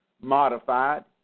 modified